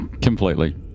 Completely